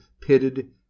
pitted